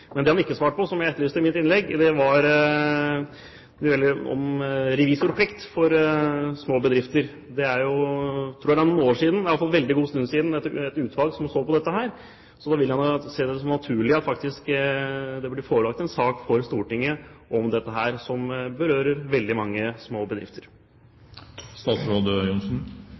Men det statsråden ikke svarte på, og som jeg etterlyste i mitt innlegg, var spørsmålet om revisorplikt for små bedrifter. Jeg tror det for noen år siden, i hvert fall for en god stund siden, var et utvalg som så på dette. Jeg vil derfor se det som naturlig at det blir forelagt en sak for Stortinget om dette, som berører veldig mange små